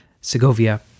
Segovia